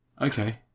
Okay